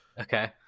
Okay